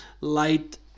light